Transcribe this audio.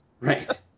Right